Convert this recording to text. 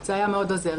זה היה מאוד עוזר,